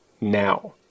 now